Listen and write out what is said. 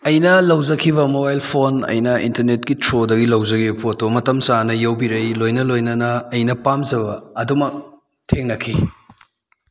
ꯑꯩꯅ ꯂꯧꯖꯈꯤꯕ mobile phone ꯑꯩꯅ ꯏꯟꯇꯔꯅꯦꯠꯀꯤ ꯊ꯭ꯔꯨꯗꯒꯤ ꯂꯧꯖꯈꯤꯕ ꯄꯣꯠꯇꯣ ꯃꯇꯝ ꯆꯥꯅ ꯌꯧꯕꯤꯔꯛꯏ ꯂꯣꯏꯅ ꯂꯣꯏꯅꯅ ꯑꯩꯅ ꯄꯥꯝꯖꯕ ꯑꯗꯨꯃꯛ ꯊꯦꯡꯅꯈꯤ